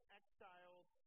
exiled